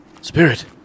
Spirit